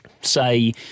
say